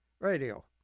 Radio